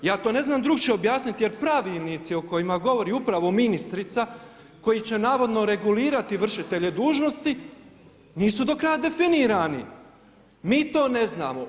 Ja to ne znam drukčije objasniti jer pravilnici o kojima govori upravo ministrica koji će navodno regulirati vršitelje dužnosti nisu do kraja definirani, mi to ne znamo.